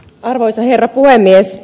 arvoisa herra puhemies